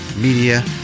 Media